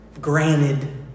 granted